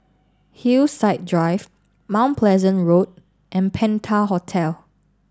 Hillside Drive Mount Pleasant Road and Penta Hotel